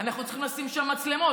אנחנו צריכים לשים שם מצלמות,